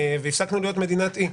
הפסקנו להיות מדינת אי.